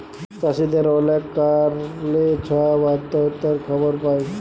চাষীদের অলেক কারলে ছব আত্যহত্যার খবর পায়